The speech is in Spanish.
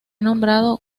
nombrado